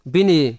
Bini